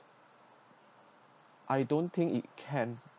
I don't think it can